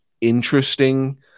interesting